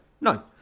No